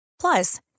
Plus